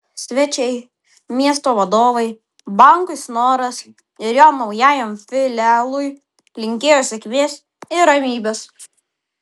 svečiai miesto vadovai bankui snoras ir jo naujajam filialui linkėjo sėkmės ir ramybės